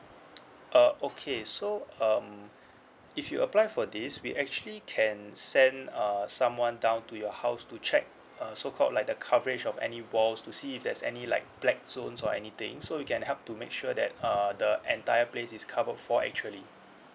uh okay so um if you apply for this we actually can send uh someone down to your house to check uh so called like the coverage of any walls to see if there's any like black zones or anything so we can help to make sure that uh the entire place is covered for actually